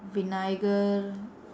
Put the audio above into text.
vinayagar